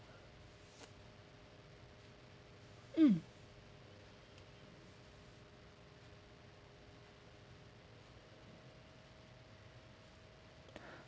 mm